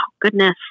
goodness